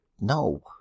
No